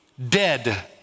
Dead